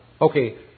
Okay